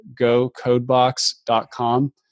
gocodebox.com